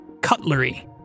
cutlery